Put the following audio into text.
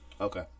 Okay